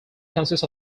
consists